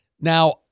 Now